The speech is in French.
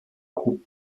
groupes